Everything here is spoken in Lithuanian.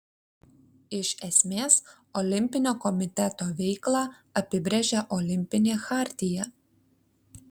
iš esmės olimpinio komiteto veiklą apibrėžia olimpinė chartija